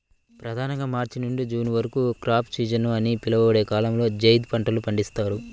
ప్రధానంగా మార్చి నుండి జూన్ వరకు క్రాప్ సీజన్ అని పిలువబడే కాలంలో జైద్ పంటలు పండిస్తారు